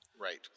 Right